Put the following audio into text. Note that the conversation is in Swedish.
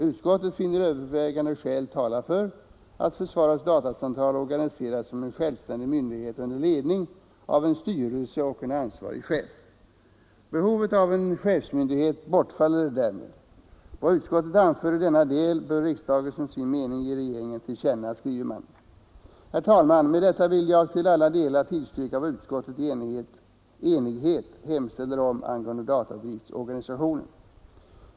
Utskottet finner övervägande skäl tala för att försvarets datacentral organiseras som en självständig myndighet under ledning av en styrelse och en ansvarig chef. Behovet av en chefsmyndighet bortfaller därmed. Utskottet skriver: ”Vad utskottet anfört i denna del bör riksdagen som sin mening ge regeringen till känna.” Herr talman! Med detta vill jag till alla delar tillstyrka vad utskottet i enighet hemställer om angående datadriftorganisationen.